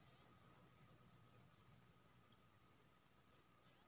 आयसर के ट्रैक्टर पर कतेक के ऑफर देल जा सकेत छै?